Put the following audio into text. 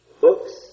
books